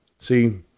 see